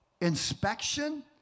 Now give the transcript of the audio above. inspection